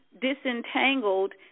disentangled